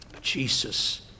Jesus